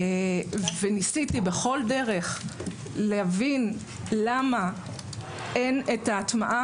ניסיתי בכל דרך להבין למה אין את ההטמעה